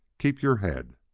keep your head!